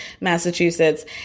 Massachusetts